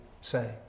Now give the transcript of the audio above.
say